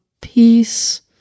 peace